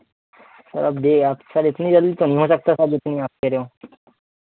sir अब दे आप सर इतनी जल्दी तो नहीं हो सकता सर जितनी आप कह रहे हो